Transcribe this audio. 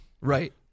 Right